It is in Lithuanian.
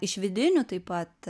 iš vidinių taip pat